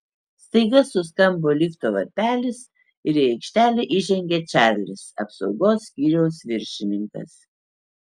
staiga suskambo lifto varpelis ir į aikštelę įžengė čarlis apsaugos skyriaus viršininkas